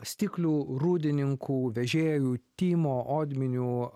stiklių rūdninkų vežėjų tymo odminių